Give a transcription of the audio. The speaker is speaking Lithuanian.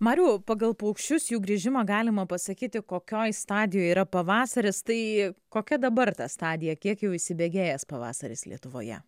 mariau pagal paukščius jų grįžimą galima pasakyti kokioj stadijoj yra pavasaris tai kokia dabar ta stadija kiek jau įsibėgėjęs pavasaris lietuvoje